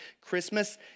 Christmas